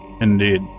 Indeed